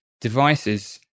devices